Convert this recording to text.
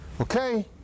Okay